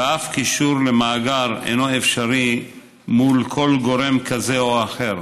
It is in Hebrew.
ואף קישור למאגר אינו אפשרי מול כל גורם כזה או אחר,